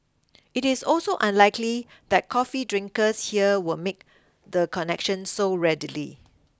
it is also unlikely that coffee drinkers here will make the connection so readily